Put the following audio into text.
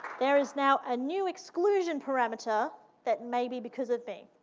there is now a new exclusion parameter that may be because of me.